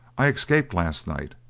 i escaped last night,